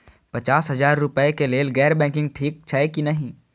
पचास हजार रुपए के लेल गैर बैंकिंग ठिक छै कि नहिं?